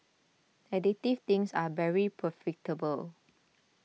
addictive things are very profitable